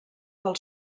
del